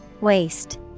Waste